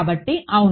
కాబట్టి అవును